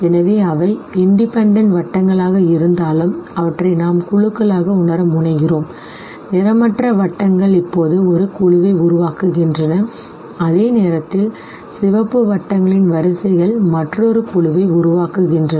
எனவே அவை independent வட்டங்களாக இருந்தாலும் அவற்றை நாம் குழுக்களாக உணர முனைகிறோம் நிறமற்ற வட்டங்கள் இப்போது ஒரு குழுவை உருவாக்குகின்றன அதே நேரத்தில் சிவப்பு வட்டங்களின் வரிசைகள் மற்றொரு குழுவை உருவாக்குகின்றன